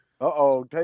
Uh-oh